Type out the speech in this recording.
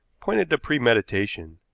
pointed to premeditation.